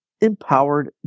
empowered